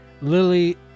Lily